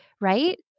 right